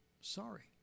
Sorry